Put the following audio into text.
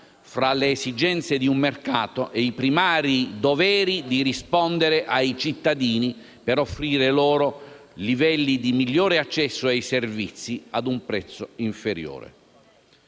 fra le esigenze di un mercato ed il primario dovere di rispondere ai cittadini per offrire loro migliori livelli di accesso ai servizi ad un prezzo inferiore.